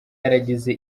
yaragize